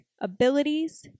abilities